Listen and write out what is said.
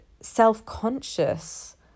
self-conscious